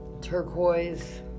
Turquoise